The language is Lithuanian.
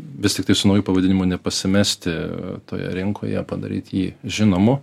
vis tiktai su nauju pavadinimu nepasimesti toje rinkoje padaryti jį žinomu